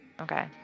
Okay